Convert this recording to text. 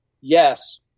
yes